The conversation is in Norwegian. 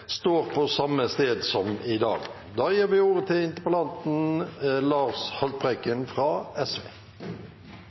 står på samme sted som i dag.